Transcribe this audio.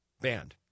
banned